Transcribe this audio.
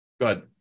good